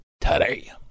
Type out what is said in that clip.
today